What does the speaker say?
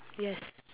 yes